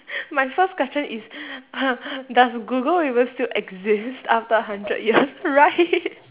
my first question is does google even still exist after a hundred years right